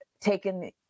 taken